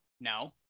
No